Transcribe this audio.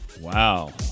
Wow